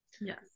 yes